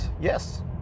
yes